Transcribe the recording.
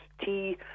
tea